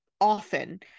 often